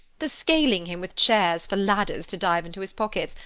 the scaling him with chairs for ladders to dive into his pockets,